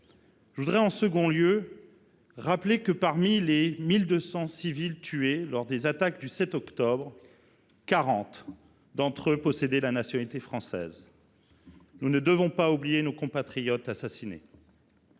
je voudrais rappeler que, parmi les 1 200 civils tués lors des attaques du 7 octobre, 40 d’entre eux possédaient la nationalité française. Nous ne devons pas oublier nos compatriotes assassinés.